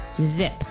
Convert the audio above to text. Zip